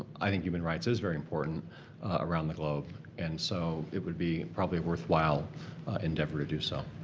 i think human rights is very important around the globe and so it would be probably a worthwhile endeavor to do so.